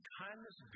kindness